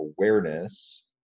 awareness